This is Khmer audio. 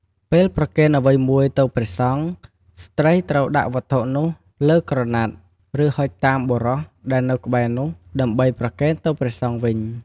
ពេលប្រគេនអ្វីមួយទៅព្រះសង្ឃ ស្ត្រីត្រូវដាក់វត្ថុនោះលើក្រណាត់ ឬ ហុចតាមបុរសដែលនៅក្បែរនោះ ដើម្បីប្រគេនទៅព្រះសង្ឃវិញ។